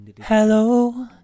Hello